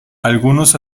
algunos